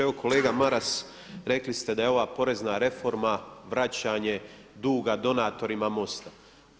Evo kolega Maras, rekli ste da je ova porezna reforma vraćanje duga donatorima MOST-a.